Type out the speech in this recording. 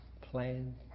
plan